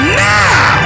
now